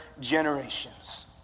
generations